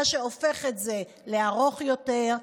מה שהופך את זה לארוך יותר,